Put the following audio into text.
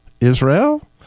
Israel